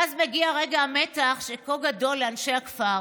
ואז מגיע רגע מתח שהוא כה גדול לאנשי הכפר,